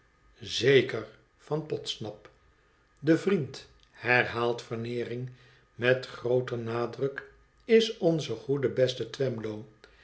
zeker van podsnap ide vriend herhaalt veneering met grooter nadruk is onze goede beste twemlow